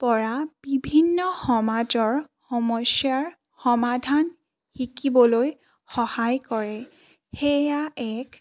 পৰা বিভিন্ন সমাজৰ সমস্যাৰ সমাধান শিকিবলৈ সহায় কৰে সেয়া এক